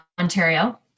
Ontario